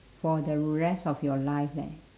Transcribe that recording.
for the rest of your life leh